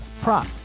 prop